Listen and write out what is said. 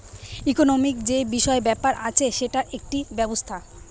economic যে বিষয় ব্যাপার আছে সেটার একটা ব্যবস্থা